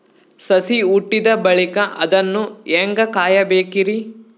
ಸಸಿ ಹುಟ್ಟಿದ ಬಳಿಕ ಅದನ್ನು ಹೇಂಗ ಕಾಯಬೇಕಿರಿ?